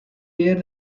líder